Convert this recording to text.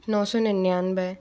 नौ सौ निन्यानबे